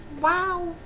Wow